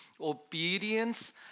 obedience